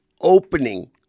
Opening